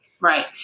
Right